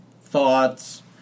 thoughts